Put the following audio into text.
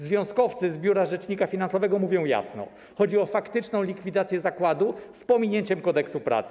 Związkowcy z biura rzecznika finansowego mówią jasno: chodzi o faktyczną likwidację zakładu z pominięciem Kodeksu pracy.